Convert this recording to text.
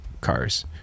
cars